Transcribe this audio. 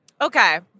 Okay